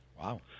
Wow